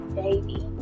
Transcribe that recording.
baby